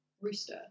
Rooster